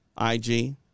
IG